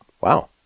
wow